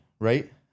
Right